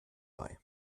bei